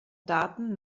daten